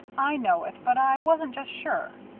i know it, but i wasn't just sure.